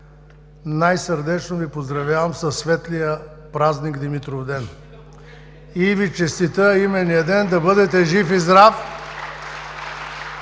най-сърдечно Ви поздравявам със светлия празник Димитровден и Ви честитя именния ден – да бъдете жив и здрав